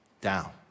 down